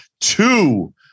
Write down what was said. Two